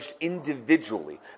individually